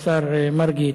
השר מרגי,